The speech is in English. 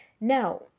Now